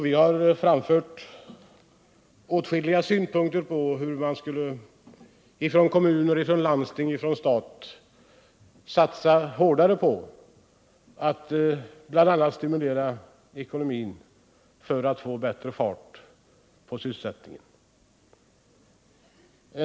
Vi har framfört åtskilliga synpunkter på hur kommuner, landsting och stat skulle kunna satsa hårdare på att bl.a. stimulera ekonomin för att få bättre fart på sysselsättningen.